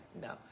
No